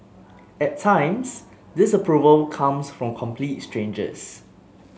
at times disapproval comes from complete strangers